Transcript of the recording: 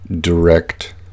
direct